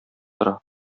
тора